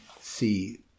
see